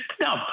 no